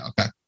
okay